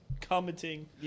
commenting